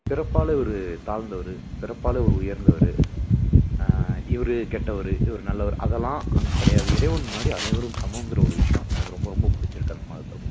பிறப்பால் இவரு தாழ்ந்தவர் பிறப்பால் இவரு உயர்ந்தவர் இவரு கெட்டவர் இவரு நல்லவர் அதெலாம் அங்கே கிடையாது இறைவன் முன்னாடி அனைவரும் சமங்கிற ஒரு விஷயோம் எனக்கு ரொம்ப ரொம்ப பிடிச்சிருக்கு அந்த மதத்தில்